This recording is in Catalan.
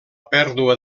pèrdua